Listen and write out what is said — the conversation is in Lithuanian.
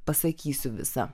pasakysiu visą